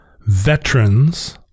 veterans